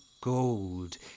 gold